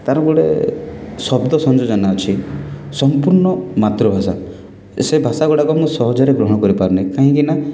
ତା'ର ଗୋଟେ ଶବ୍ଦ ସଂଯୋଜନା ଅଛି ସମ୍ପୂର୍ଣ ମାତୃଭାଷା ସେ ଭାଷାଗୁଡ଼ାକ ମୁଁ ସହଜରେ ଗ୍ରହଣ କରି ପାରୁନାହିଁ କାହିଁକି ନା